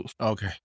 Okay